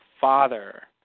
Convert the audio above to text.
father